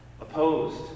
opposed